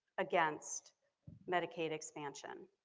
against medicaid expansion.